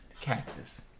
cactus